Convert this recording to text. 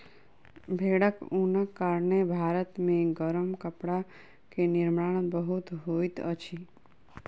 भेड़क ऊनक कारणेँ भारत मे गरम कपड़ा के निर्माण बहुत होइत अछि